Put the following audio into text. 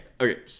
Okay